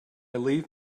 leave